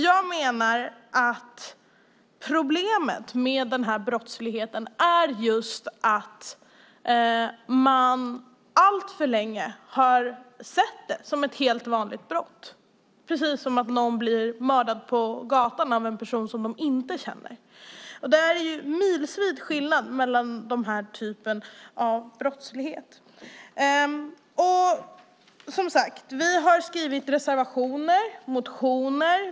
Jag menar att problemet med denna brottslighet är att man alltför länge har sett detta som ett helt vanligt brott, precis som när någon blir mördad på gatan av en person som de inte känner. Det är en milsvid skillnad mellan dessa olika typer av brottslighet. Vi har skrivit reservationer och motioner.